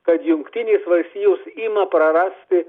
kad jungtinės valstijos ima prarasti